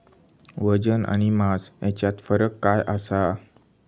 वजन आणि मास हेच्यात फरक काय आसा?